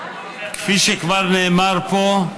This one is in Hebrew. כפי שכבר נאמר פה,